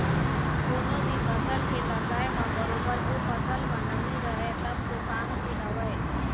कोनो भी फसल के लगाय म बरोबर ओ फसल म नमी रहय तब तो काम के हवय